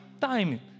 time